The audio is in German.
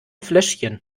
fläschchen